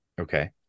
Okay